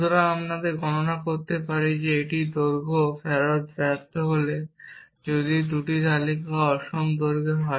সুতরাং আমরা গণনা করতে পারি এটি দৈর্ঘ্য ফেরত ব্যর্থ হলে যদি 2টি তালিকা অসম দৈর্ঘ্যের হয়